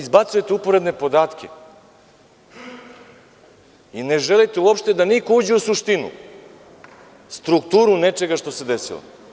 Izbacujete uporedne podatke i uopšte ne želite da niko uđe u suštinu strukture nečega što se desilo.